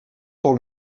pour